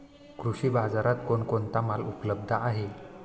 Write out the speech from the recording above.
कृषी बाजारात कोण कोणता माल उपलब्ध आहे?